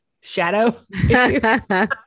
shadow